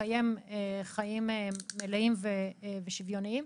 לקיים חיים מלאים ושוויוניים.